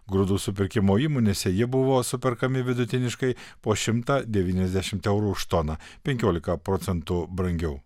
grūdų supirkimo įmonėse jie buvo superkami vidutiniškai po šimtą devyniasdešimt eurų už toną penkiolika procentų brangiau